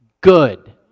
good